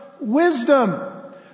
wisdom